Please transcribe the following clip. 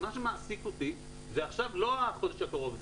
מה שמעסיק אותי עכשיו זה לא החודש הקרוב,